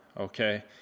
okay